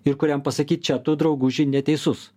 ir kuriam pasakyt čia tu drauguži neteisus